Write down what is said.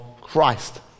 Christ